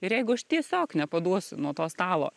ir jeigu aš tiesiog nepaduosiu nuo to stalo